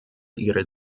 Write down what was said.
ihre